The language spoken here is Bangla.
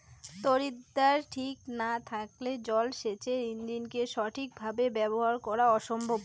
তড়িৎদ্বার ঠিক না থাকলে জল সেচের ইণ্জিনকে সঠিক ভাবে ব্যবহার করা অসম্ভব